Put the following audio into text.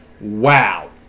Wow